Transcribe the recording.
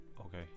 Okay